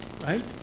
right